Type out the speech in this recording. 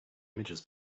images